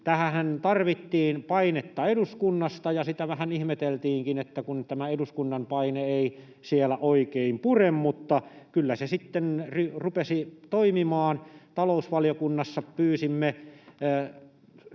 Tähänhän tarvittiin painetta eduskunnasta, ja sitä vähän ihmeteltiinkin, kun tämä eduskunnan paine ei siellä oikein pure, mutta kyllä se sitten rupesi toimimaan. Talousvaliokunnassa pyysimme,